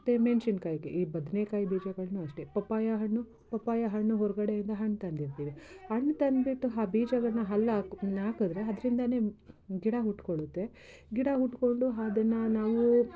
ಮತ್ತೆ ಮೆಣ್ಸಿನ ಕಾಯಿಗೆ ಈ ಬದನೇಕಾಯಿ ಬೀಜಗಳನ್ನು ಅಷ್ಟೆ ಪಪ್ಪಾಯ ಹಣ್ಣು ಪಪ್ಪಾಯ ಹಣ್ಣು ಹೊರಗಡೆಯಿಂದ ಹಣ್ಣು ತಂದಿರ್ತೀವಿ ಹಣ್ಣು ತಂದ್ಬಿಟ್ಟು ಬಿಟ್ಟು ಆ ಬೀಜಗಳನ್ನ ಅಲ್ಲಿ ಹಾಕಿದ್ರೆ ಅದರಿಂದಲೇ ಗಿಡ ಹುಡ್ಕೊಳ್ಳುತ್ತೆ ಗಿಡ ಹುಡ್ಕೊಂಡು ಅದನ್ನು ನಾವು